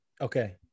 Okay